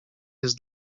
jest